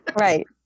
Right